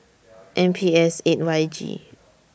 M P S eight Y G